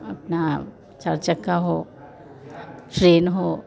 अपना चार चक्का हो ट्रेन हो